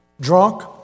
Drunk